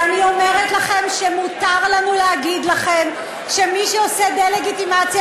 ואני אומרת לכם שמותר לנו להגיד לכם שמי שעושה דה-לגיטימציה